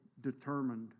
determined